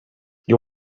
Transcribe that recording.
you